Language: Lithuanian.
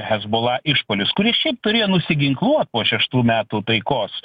hezbollah išpuolius kuris šiaip turėjo nusiginkluot po šeštų metų taikos